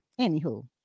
anywho